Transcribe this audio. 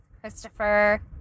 Christopher